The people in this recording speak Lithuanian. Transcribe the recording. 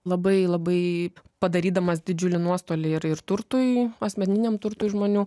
labai labai padarydamas didžiulį nuostolį ir ir turtui asmeniniam turtui žmonių